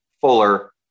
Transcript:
fuller